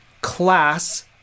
class